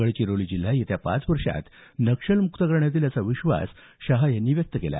गडचिरोली जिल्हा येत्या पाच वर्षांत नक्षलमुक्त करण्यात येईल असा विश्वास शहा यांनी व्यक्त केला